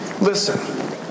Listen